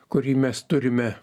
kurį mes turime